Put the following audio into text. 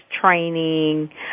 training